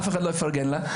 אף אחד לא יפרגן לה,